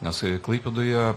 nes klaipėdoje